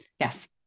yes